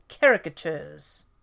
caricatures